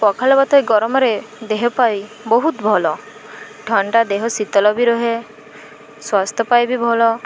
ପଖାଳ ଭାତ ଗରମରେ ଦେହ ପାଇଁ ବହୁତ ଭଲ ଥଣ୍ଡାଟା ଦେହ ଶୀତଳ ବି ରୁହେ ସ୍ୱାସ୍ଥ୍ୟ ପାଇଁ ବି ଭଲ